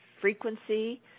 frequency